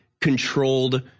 controlled